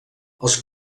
els